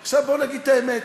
עכשיו, בוא נגיד את האמת,